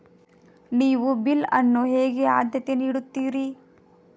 ನೀವು ಬಿಲ್ ಅನ್ನು ಹೇಗೆ ಆದ್ಯತೆ ನೀಡುತ್ತೀರಿ?